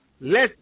Let